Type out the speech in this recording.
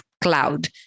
cloud